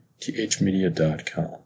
thmedia.com